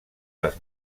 les